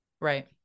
Right